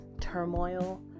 turmoil